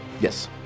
Yes